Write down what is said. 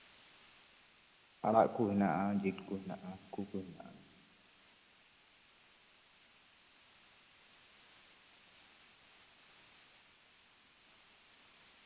ᱟᱲᱟᱜ ᱠᱚ ᱦᱮᱱᱟᱜᱼᱟ ᱡᱤᱞ ᱠᱚ ᱦᱮᱱᱟᱜᱼᱟ ᱦᱟᱠᱩ ᱠᱚ ᱦᱮᱱᱟᱜᱼᱟ